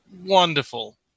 Wonderful